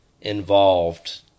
involved